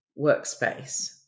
workspace